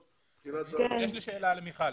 יש לי שאלה למיכל.